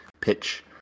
pitch